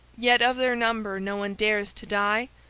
yet of their number no one dares to die?